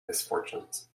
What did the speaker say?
misfortunes